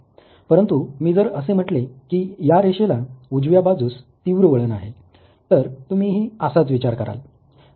परंतु मी जर असे म्हटले की या रेषेला उजव्या बाजूस तीव्र वळण आहे तर तुम्हीही असाच विचार कराल